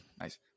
nice